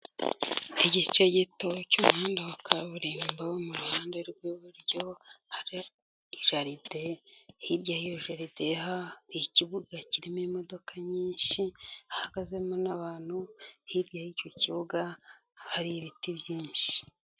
Igice gito cy'umuhanda wa kaburimbo, mu ruhande rw'iburyo hari jaride, hirya y'iyo jaride hari ikibuga kirimo imodoka nyinshi, hahagazemo n'abantu, hirya y'icyo kibuga, hari ibiti byinshi.